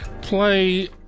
play